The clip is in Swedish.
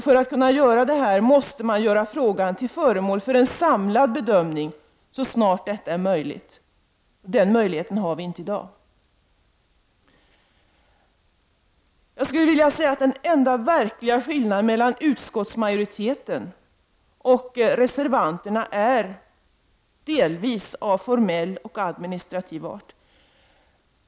För att kunna göra detta måste frågan bli föremål för en samlad bedömning så snart detta är möjligt. Den möjligheten har vi inte i dag. Den enda verkliga skillnaden mellan utskottsmajoriteten och reservanterna är delvis av formell och administrativ art.